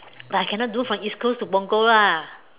but I cannot do from east coast to Punggol lah